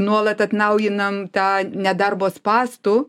nuolat atnaujinam tą nedarbo spąstų